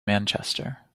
manchester